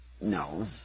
No